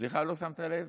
סליחה, לא שמת לב?